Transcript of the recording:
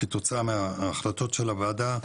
כתוצאה מהחלטות הוועדה,